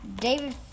David